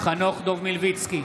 חנוך דב מלביצקי,